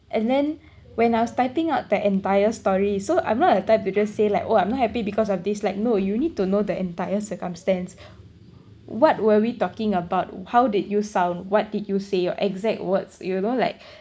and then when I was typing out the entire story so I'm not that type to just say like oh I'm not happy because of this like no you need to know the entire circumstance what were we talking about how did you sound what did you say your exact words you know like